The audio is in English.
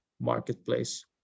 marketplace